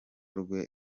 rwe